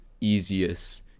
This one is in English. easiest